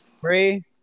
Three